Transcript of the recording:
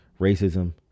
racism